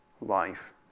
life